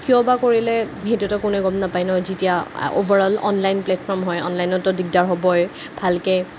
কিয়বা কৰিলে সেইটোতো কোনেও গ'ম নাপায় ন যেতিয়া অভাৰঅল অনলাইন প্লেটফৰ্ম হয় অনলাইনতো দিগদাৰ হ'বই ভালকৈ